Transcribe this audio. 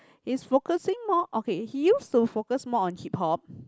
he's focusing more okay he used to focus more on hip-hop